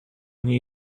nie